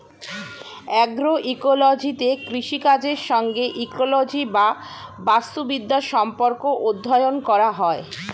অ্যাগ্রোইকোলজিতে কৃষিকাজের সঙ্গে ইকোলজি বা বাস্তুবিদ্যার সম্পর্ক অধ্যয়ন করা হয়